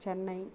Chennai